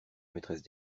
maîtresse